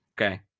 Okay